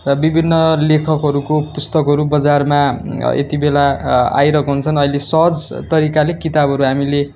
र विभिन्न लेखकहरूको पुस्तकहरू बजारमा यति बेला आइरहेको हुन्छन् अहिले सहज तरिकाले किताबहरू हामीले